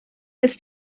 this